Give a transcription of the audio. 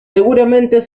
seguramente